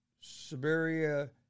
Siberia